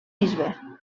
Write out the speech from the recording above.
bisbe